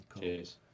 Cheers